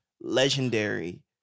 legendary